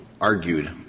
argued